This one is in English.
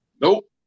Nope